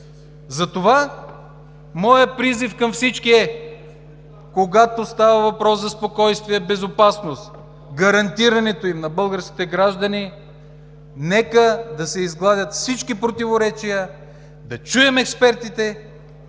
Затова моят призив към всички е: когато става въпрос за спокойствие и безопасност, гарантирането им на българските граждани, нека да се изгладят всички противоречия, да чуем експертите